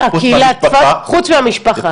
חוץ מהמשפחה,